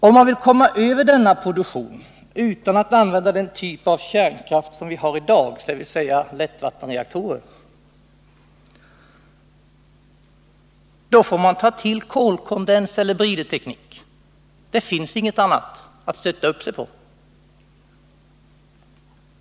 Om man vill komma över denna produktion, utan att använda den typ av kärnkraft som vi har i dag, dvs. lättvattenreaktorer, får man ta till kolkondens eller briderteknik. Det finns inget annat att stötta upp sig på.